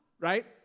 right